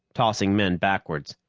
tossing men backwards.